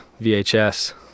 VHS